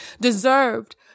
deserved